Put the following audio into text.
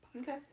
Okay